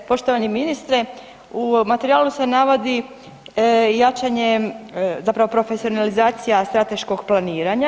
Poštovani ministre, u materijalu se navodi jačanje, zapravo profesionalizacija strateškog planiranja.